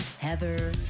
Heather